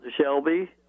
Shelby